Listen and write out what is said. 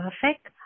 perfect